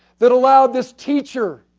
that allowed this teacher